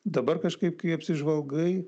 dabar kažkaip kai apsižvalgai